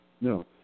No